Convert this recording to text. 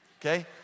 okay